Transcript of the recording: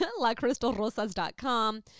LaCrystalRosas.com